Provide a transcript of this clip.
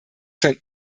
sein